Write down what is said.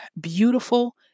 beautiful